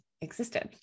existed